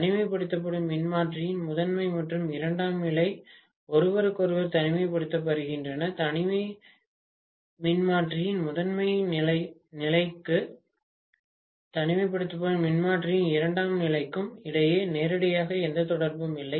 தனிமைப்படுத்தும் மின்மாற்றியின் முதன்மை மற்றும் இரண்டாம் நிலை ஒருவருக்கொருவர் தனிமைப்படுத்தப்படுகின்றன தனிமை மின்மாற்றியின் முதன்மை நிலத்திற்கும் தனிமைப்படுத்தும் மின்மாற்றியின் இரண்டாம் நிலைக்கும் இடையே நேரடியாக எந்த தொடர்பும் இல்லை